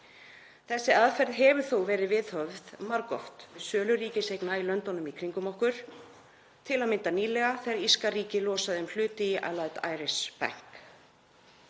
Þessi aðferð hefur þó verið viðhöfð margoft við sölu ríkiseigna í löndunum í kringum okkur, til að mynda nýlega þegar írska ríkið losaði um hluti í Allied Irish Bank.